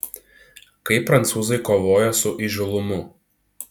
kaip prancūzai kovoja su įžūlumu